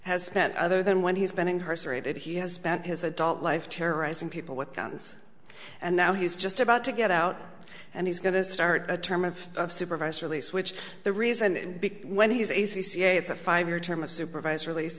has spent other than when he's been incarcerated he has spent his adult life terrorizing people with guns and now he's just about to get out and he's going to start a term of supervised release which the reason when he's a c c a it's a five year term of supervised release